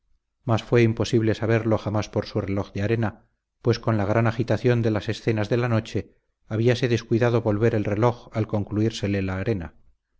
mas fue imposible saberlo jamás por su reloj de arena pues con la agitación de las escenas de la noche habíase descuidado volver el reloj al concluírsele la arena